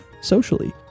socially